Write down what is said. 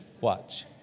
Watch